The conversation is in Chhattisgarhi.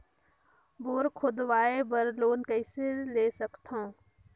बोर खोदवाय बर लोन कइसे ले सकथव?